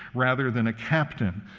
rather than a captain.